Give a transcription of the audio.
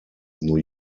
new